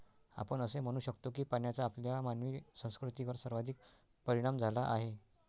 आपण असे म्हणू शकतो की पाण्याचा आपल्या मानवी संस्कृतीवर सर्वाधिक परिणाम झाला आहे